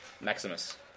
Maximus